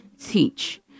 Teach